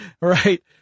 right